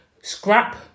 scrap